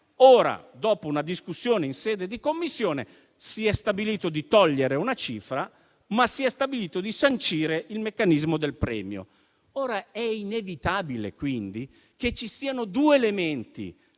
ora, dopo una discussione in sede di Commissione, si è stabilito di togliere una cifra, ma si è stabilito di sancire il meccanismo del premio. È inevitabile quindi che ci siano due elementi